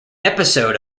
episode